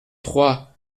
trois